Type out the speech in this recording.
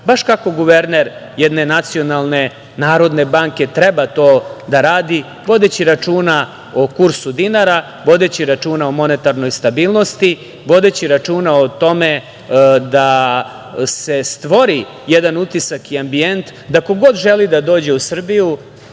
baš kako guverner jedne nacionalne narodne banke treba to da radi, vodeći računa o kursu dinara, vodeći računa o monetarnoj stabilnosti, vodeći računa o tome da se stvori jedan utisak i ambijent da ko god želi da dođe u Srbiju